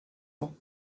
ans